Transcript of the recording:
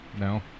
No